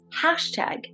hashtag